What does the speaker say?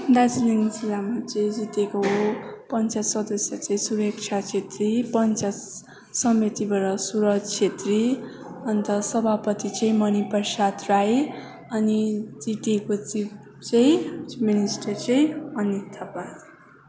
दार्जिलिङ जिल्लामा चाहिँ जितेको हो पञ्चायत सदस्य चाहिँ सुभेक्षा छेत्री पञ्चायत समितिबाट सुरज छेत्री अन्त सभापति चाहिँ मणिप्रसाद राई अनि जिटिएको चिफ चाहिँ मिनिस्टर चाहिँ अनित थापा